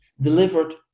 delivered